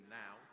now